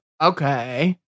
Okay